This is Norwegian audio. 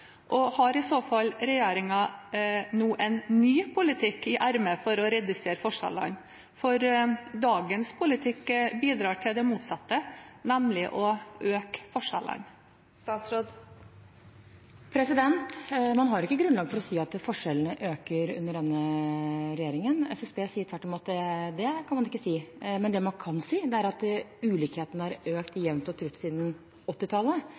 Har i så fall regjeringen nå en ny politikk i ermet for å redusere forskjellene? Dagens politikk bidrar til det motsatte, nemlig å øke forskjellene. Man har ikke grunnlag for å si at forskjellene øker under denne regjeringen – SSB sier tvert imot at det kan man ikke si. Men det man kan si, er at ulikhetene har økt jevnt og trutt siden